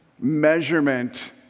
measurement